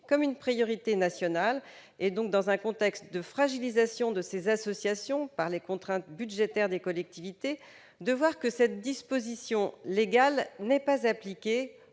comme une priorité nationale et dans un contexte de fragilisation de ces associations par les contraintes budgétaires des collectivités, de voir que cette disposition légale n'est pas appliquée